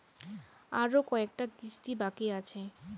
আরো কয়টা কিস্তি বাকি আছে?